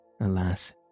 alas